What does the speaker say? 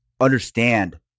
understand